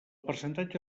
percentatge